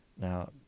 Now